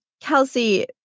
Kelsey